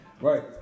Right